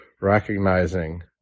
recognizing